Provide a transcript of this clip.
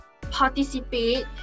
participate